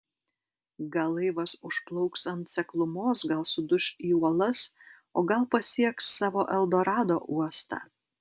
gal laivas užplauks ant seklumos gal suduš į uolas o gal pasieks savo eldorado uostą